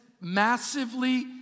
massively